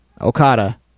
Okada